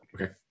okay